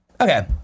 Okay